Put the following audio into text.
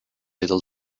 little